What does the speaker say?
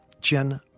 Jen